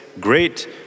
great